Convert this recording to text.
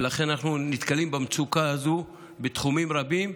ולכן אנחנו נתקלים במצוקה הזו בתחומים רבים,